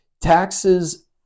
taxes